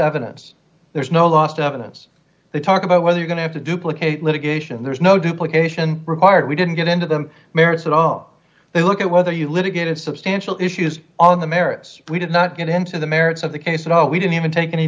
evidence there's no lost evidence they talk about whether we're going to have to duplicate litigation there's no duplication required we didn't get into them merits at all they look at whether you litigated substantial issues on the merits we did not get into the merits of the case at all we didn't even take any